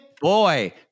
Boy